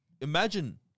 imagine